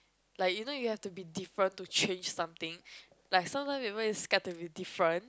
like you know you have to different to chase something like sometime people is scared to be different